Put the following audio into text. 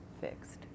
fixed